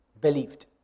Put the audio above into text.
believed